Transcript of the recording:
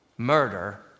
Murder